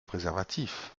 préservatifs